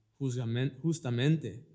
justamente